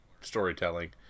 storytelling